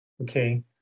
okay